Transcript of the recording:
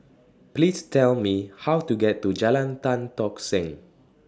Please Tell Me How to get to Jalan Tan Tock Seng